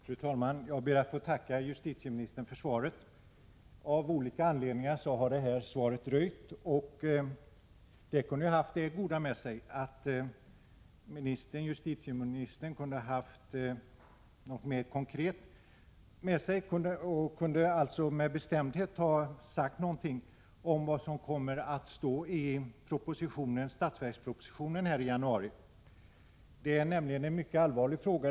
Fru talman! Jag ber att få tacka justitieministern för svaret. Av olika anledningar har detta svar dröjt. Det kunde ha haft det goda med sig att justitieministern kommit med något mer konkret och att han med bestämdhet kunde ha sagt någonting om vad som kommer att stå i budgetpropositionen när den läggs fram i januari. Detta är nämligen en mycket allvarlig fråga.